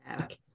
Okay